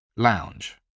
lounge